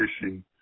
fishing